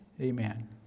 amen